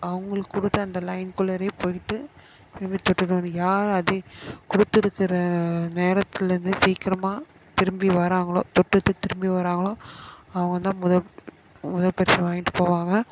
அவங்களுக்கு கொடுத்த அந்த லைன் குள்ளாறயே போயிவிட்டு இது மாதிரி தொட்டுவிட்டு வரணும் யார் அதி கொடுத்துருக்குற நேரத்துலருந்து சீக்கிரமாக திரும்பி வராங்களோ தொட்டுவிட்டு திரும்பி வராங்களோ அவங்க தான் முத முதல் பரிசு வாங்கிகிட்டு போவாங்க